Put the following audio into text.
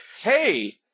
hey